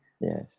Yes